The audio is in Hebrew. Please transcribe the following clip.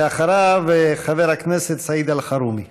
ואחריו, חבר הכנסת סעיד אלחרומי.